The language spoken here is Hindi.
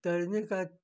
तैरने की